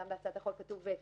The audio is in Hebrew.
גם בהצעת החוק כתוב שזה,